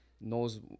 knows